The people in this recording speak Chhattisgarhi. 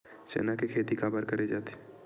चना के खेती काबर करे जाथे?